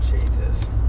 Jesus